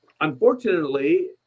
Unfortunately